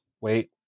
wait